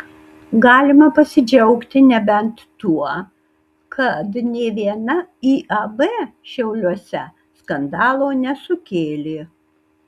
galima pasidžiaugti nebent tuo kad nė viena iab šiauliuose skandalo nesukėlė